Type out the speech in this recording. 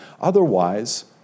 Otherwise